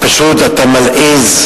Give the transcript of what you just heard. פשוט, אתה מלעיז.